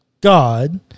God